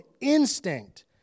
instinct